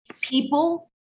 people